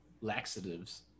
Laxatives